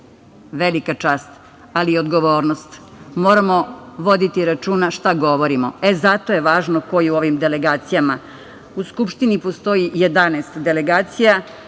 velika čast, ali i odgovornost. Moramo voditi računa šta govorimo. E zato je važno ko je u ovim delegacijama.U Skupštini postoji 11 delegacija.